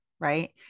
right